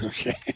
Okay